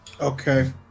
Okay